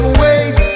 ways